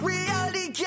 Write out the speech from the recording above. Reality